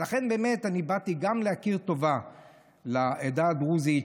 אז לכן באמת באתי גם להכיר טובה לעדה הדרוזית,